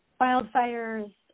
wildfires